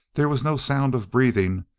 there was no sound of breathing,